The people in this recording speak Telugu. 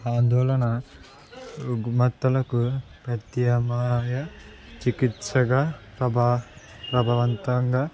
ఆందోళన రుగ్మతలకు ప్రత్యామ్నాయ చికిత్సగా ప్రభా ప్రభావంతంగా